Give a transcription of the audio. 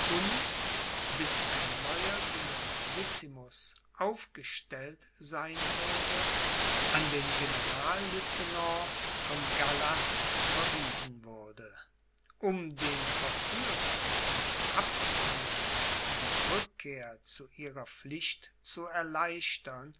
bis ein neuer generalissimus aufgestellt sein würde an den generallieutenant von gallas verwiesen wurde um den verführten und abtrünnigen die rückkehr zu ihrer pflicht zu erleichtern